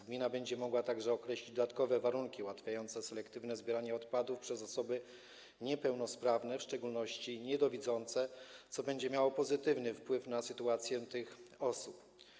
Gmina będzie mogła określić również dodatkowe warunki ułatwiające selektywne zbieranie odpadów przez osoby niepełnosprawne, w szczególności niedowidzące, co będzie miało pozytywny wpływ na sytuację tych osób.